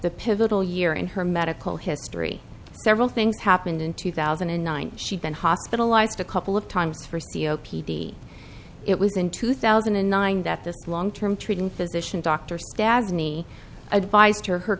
the pivotal year in her medical history several things happened in two thousand and nine she'd been hospitalized a couple of times for seo p d it was in two thousand and nine that this long term treating physician dr stabbed me advised her her